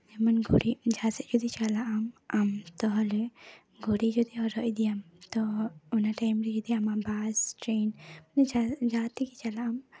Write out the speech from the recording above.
ᱡᱮᱢᱚᱱ ᱜᱷᱩᱲᱤ ᱡᱟᱦᱟᱸ ᱥᱮᱫ ᱡᱩᱫᱤᱢ ᱪᱟᱞᱟᱜᱼᱟ ᱟᱢ ᱛᱟᱦᱞᱮ ᱜᱷᱩᱲᱤ ᱡᱩᱫᱤ ᱦᱚᱨᱚᱜ ᱤᱫᱤᱭᱟᱢ ᱛᱚ ᱚᱱᱟ ᱴᱟᱭᱤᱢ ᱨᱮ ᱡᱩᱫᱤ ᱟᱢᱟᱜ ᱵᱟᱥ ᱴᱨᱮᱱ ᱡᱟᱦᱟᱸ ᱛᱮᱜᱮ ᱪᱟᱞᱟᱜ ᱟᱢ